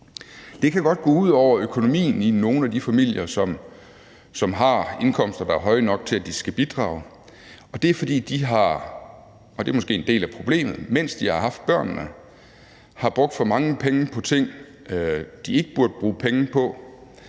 Det kan godt gå ud over økonomien i nogle af de familier, som har indkomster, der er høje nok til, at de skal bidrage. Og det er, fordi de, mens de har haft børnene – og det er måske en del af problemet – har brugt for mange penge på ting, som de ikke burde bruge penge på,